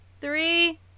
Three